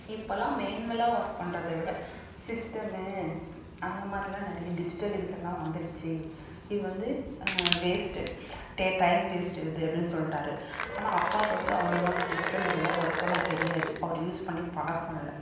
இப்போலாம் மேன்வலாக ஒர்க் பண்ணுறத விட சிஸ்டமு அந்த மாதிரிலாம் நிறைய டிஜிட்டல் இதெல்லாம் வந்துடுச்சு இது வந்து வேஸ்ட்டு டே டைம் வேஸ்ட்டு இது அப்படின்னு சொல்லிட்டாரு ஆனால் அப்பாக்கு வந்து அவ்வளோவா அந்த சிஸ்டம் இதெல்லாம் ஒர்க் பண்ண தெரியாது அவரு யூஸ் பண்ணி பழக்கம் இல்லை